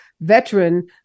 veteran